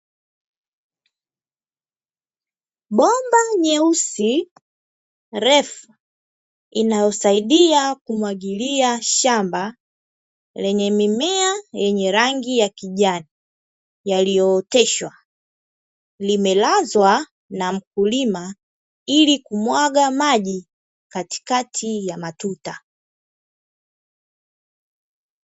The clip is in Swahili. Bomba nyeusi refu inayosaidia kumwagilia shamba, lenye mimea ya rangi ya kijani yaliyo oteshwa limelazwa na mkulima ili kuweza kumwaga maji katikati ya matuta.